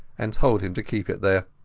and told him to keep it there.